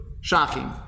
shocking